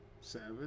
Savage